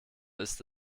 ist